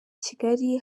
kigali